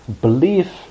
belief